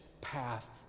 path